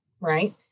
right